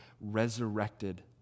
resurrected